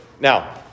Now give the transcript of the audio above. Now